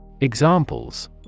Examples